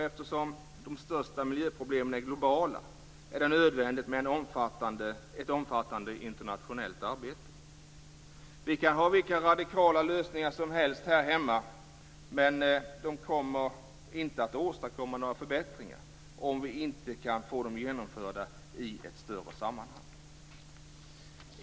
Eftersom de största miljöproblemen är globala är det nödvändigt med ett omfattande internationellt arbete. Vi kan ha vilka radikala lösningar som helst här hemma, men de kommer inte att åstadkomma några förbättringar om vi inte kan få dem genomförda i ett större sammanhang.